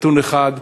נתון אחד,